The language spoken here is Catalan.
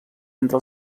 entre